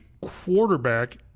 quarterback